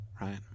right